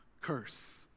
curse